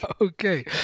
Okay